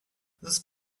this